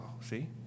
See